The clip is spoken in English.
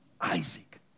Isaac